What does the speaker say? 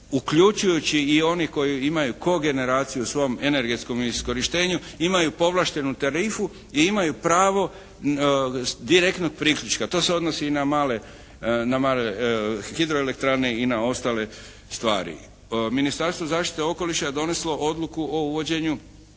uključujući i one koji imaju kogeneraciju u svom energetskom iskorištenju imaj povlaštenu tarifu i imaju pravo direktnog priključka. To se odnosi i na male hidroelektrane i na ostale stvari. Ministarstvo zaštite okoliša doneslo je odluku o uvođenju